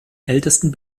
ältesten